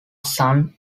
sung